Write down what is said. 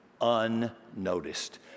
unnoticed